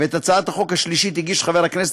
ואת הצעת החוק השלישית הגיש חבר הכנסת